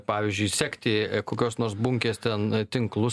pavyzdžiui sekti kokios nors bunkės ten tinklus